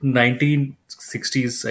1960s